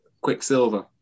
Quicksilver